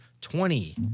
twenty